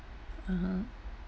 mmhmm